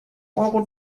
euro